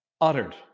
uttered